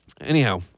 Anyhow